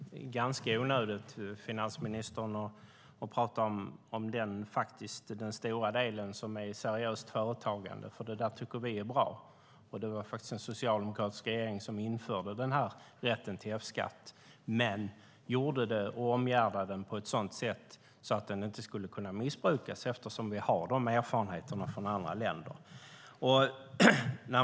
Herr talman! Det är ganska onödigt, finansministern, att tala om den stora delen som är seriöst företagande. Den tycker vi är bra. Det var en socialdemokratisk regering som införde rätten till F-skatt. Men det omgärdades på ett sådant sätt att den inte skulle kunna missbrukas, eftersom vi har de erfarenheterna från andra länder.